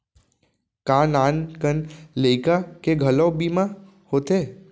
का नान कन लइका के घलो बीमा होथे?